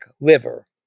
liver